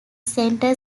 centre